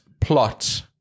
plot